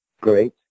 Great